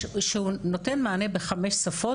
שהוא נותן מענה בחמש שפות,